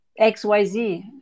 Xyz